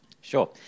Sure